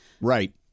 Right